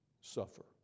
suffer